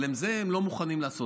אבל את זה הם לא מוכנים לעשות.